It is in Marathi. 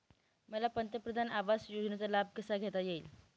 मला पंतप्रधान आवास योजनेचा लाभ कसा घेता येईल?